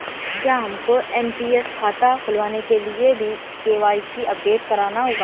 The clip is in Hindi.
क्या हमको एन.पी.एस खाता खुलवाने के लिए भी के.वाई.सी अपडेट कराना होगा?